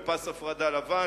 על פס הפרדה לבן,